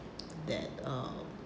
that uh